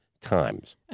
times